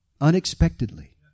Unexpectedly